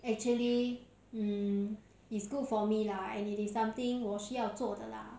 actually mm is good for me lah and it is something 我需要做的啦